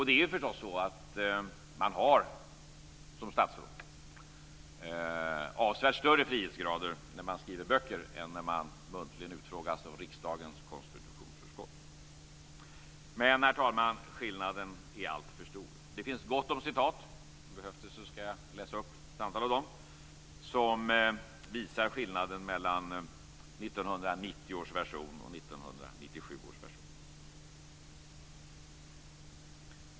Det är förstås så att man som statsråd har avsevärt större frihet när man skriver böcker än när man muntligen utfrågas av riksdagens konstitutionsutskott. Men, herr talman, skillnaden är alltför stor. Det finns gott om citat - behövs det skall jag läsa upp ett antal av dem - som visar skillnaden mellan 1990 års version och 1997 års version.